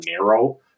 narrow